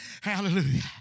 Hallelujah